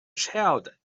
child